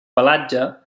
pelatge